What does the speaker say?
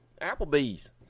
Applebee's